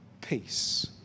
Peace